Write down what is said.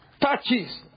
touches